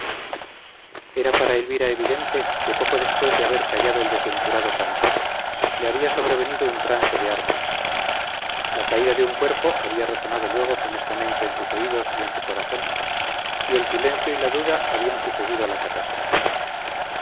era para elvira evidente que poco después de haber callado el desventurado cantor le había sobrevenido un trance de armas la caída de un cuerpo había resonado luego funestamente en sus oídos y en su corazón y el silencio y la duda habían sucedido a la catástrofe